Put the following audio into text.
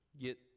get